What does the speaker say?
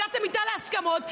הגעתם איתה להסכמות,